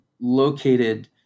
Located